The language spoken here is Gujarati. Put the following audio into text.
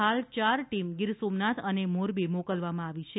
હાલ ચાર ટીમ ગીરસોમનાથ અને મોરબી મોકલવામાં આવી છે